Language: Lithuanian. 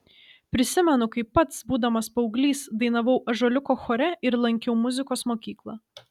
prisimenu kaip pats būdamas paauglys dainavau ąžuoliuko chore ir lankiau muzikos mokyklą